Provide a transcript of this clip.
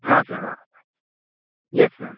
हाँ सर हाँ yes sir